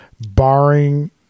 Barring